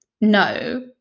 No